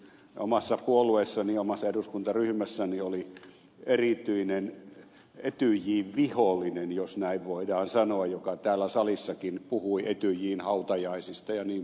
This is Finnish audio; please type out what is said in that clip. omassa puolueessani ja omassa eduskuntaryhmässäni oli erityinen etyj vihollinen jos näin voidaan sanoa joka täällä salissakin puhui etyjin hautajaisista jnp